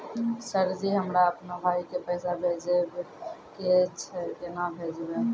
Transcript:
Sir ji हमरा अपनो भाई के पैसा भेजबे के छै, केना भेजबे?